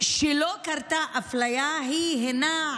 שלא קרתה אפליה הוא על